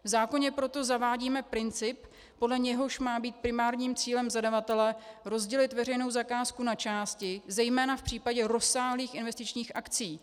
V zákoně proto zavádíme princip, podle něhož má být primárním cílem zadavatele rozdělit veřejnou zakázku na části, zejména v případě rozsáhlých investičních akcí.